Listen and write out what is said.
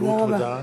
תודה רבה.